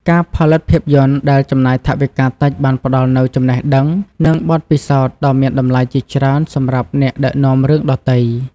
ការផលិតភាពយន្តដែលចំណាយថវិកាតិចបានផ្ដល់នូវចំណេះដឹង និងបទពិសោធន៍ដ៏មានតម្លៃជាច្រើនសម្រាប់អ្នកដឹកនាំរឿងដទៃ។